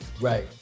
right